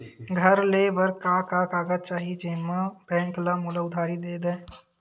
घर ले बर का का कागज चाही जेम मा बैंक हा मोला उधारी दे दय?